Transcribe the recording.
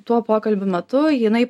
to pokalbio metu jinai